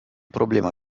problema